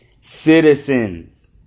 citizens